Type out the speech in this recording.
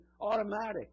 automatic